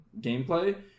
gameplay